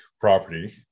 property